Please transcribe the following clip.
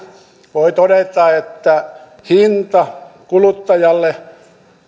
voi todeta että mittarilla hinta kuluttajalle